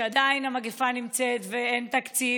שעדיין המגפה נמצאת ואין תקציב,